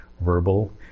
verbal